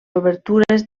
obertures